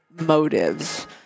motives